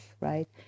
right